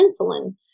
insulin